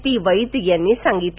P Vaid यांनी सांगितलं